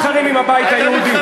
ואנחנו מתחרים עם הבית היהודי.